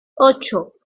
ocho